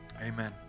Amen